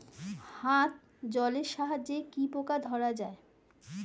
হাত জলের সাহায্যে কি পোকা ধরা যায়?